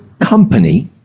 company